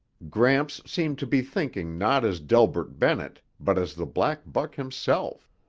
gramps seemed to be thinking not as delbert bennett but as the black buck himself.